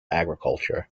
agriculture